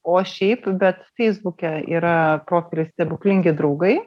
o šiaip bet feisbuke yra profilis stebuklingi draugai